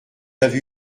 avez